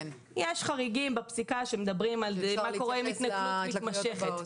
יש חריגים בפסיקה שמדברים על מקרים של התנכלות מתמשכת,